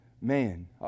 man